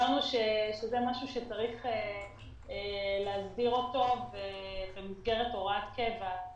וסברנו שזה משהו שצריך להסדיר אותו במסגרת הוראת קבע.